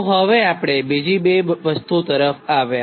તો હવે આપણે બીજી બે વસ્તુ તરફ આવ્યા